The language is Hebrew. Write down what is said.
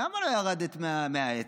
למה לא ירדת מהעץ?